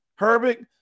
Herbig